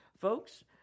Folks